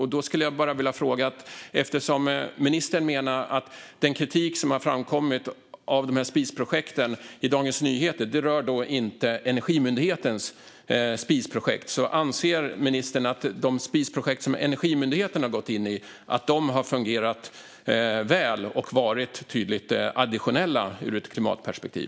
Ministern menar att den kritik mot dessa spisprojekt som har framkommit i Dagens Nyheter inte rör Energimyndighetens spisprojekt. Då skulle jag bara vilja fråga: Anser ministern att de spisprojekt som Energimyndigheten har gått in i har fungerat väl och varit tydligt additionella ur ett klimatperspektiv?